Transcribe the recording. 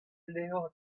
levr